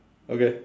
okay